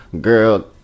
girl